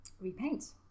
repaint